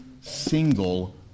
single